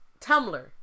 Tumblr